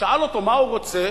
שאל אותו מה הוא רוצה,